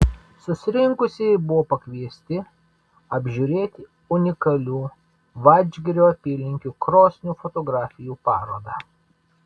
susirinkusieji buvo pakviesti apžiūrėti unikalių vadžgirio apylinkių krosnių fotografijų parodą